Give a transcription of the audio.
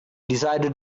decided